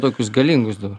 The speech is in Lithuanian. tokius galingus dabar